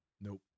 Nope